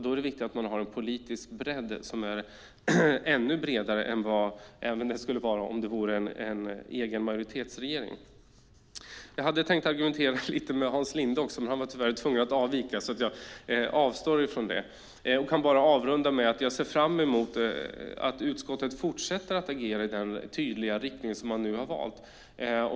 Då är det viktigt att man har en politisk förankring som är ännu bredare än en egen majoritetsregering. Jag hade tänkt argumentera lite med Hans Linde också, men han var tyvärr tvungen att avvika, så jag avstår från det. Jag kan bara avrunda med att säga att jag ser fram emot att utskottet fortsätter att agera i den tydliga riktning som man nu har valt.